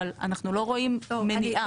אבל אנחנו לא רואים מניעה.